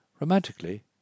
Romantically